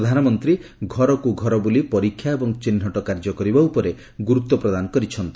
ପ୍ରଧାନମନ୍ତ୍ରୀ ଘରକୁ ଘର ବୁଲି ପରୀକ୍ଷା ଏବଂ ଚିହ୍ନଟ କାର୍ଯ୍ୟ କରିବା ଉପରେ ଗୁରୁତ୍ୱ ପ୍ରଦାନ କରିଛନ୍ତି